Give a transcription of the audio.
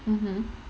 mmhmm